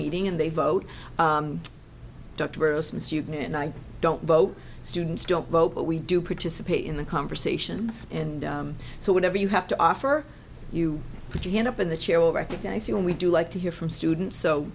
meeting and they vote dr and i don't vote students don't vote but we do participate in the conversations and so whatever you have to offer you put your hand up in the chair will recognize you and we do like to hear from students so